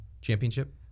Championship